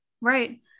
Right